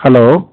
hello